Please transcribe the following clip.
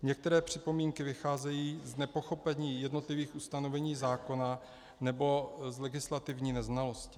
Některé připomínky vycházejí z nepochopení jednotlivých ustanovení zákona nebo z legislativní neznalosti.